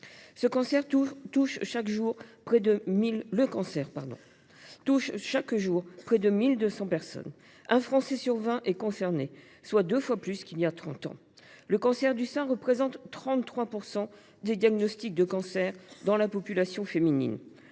Le cancer touche chaque jour près de 1 200 personnes. Un Français sur vingt est concerné, soit deux fois plus qu’il y a trente ans. Le cancer du sein représente 33 % des diagnostics de cancer dans la population féminine.